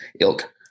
ilk